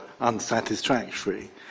unsatisfactory